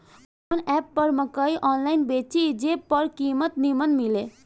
कवन एप पर मकई आनलाइन बेची जे पर कीमत नीमन मिले?